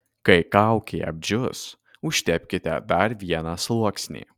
kai kaukė apdžius užtepkite dar vieną sluoksnį